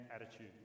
attitude